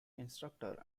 instructor